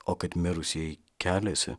o kad mirusieji keliasi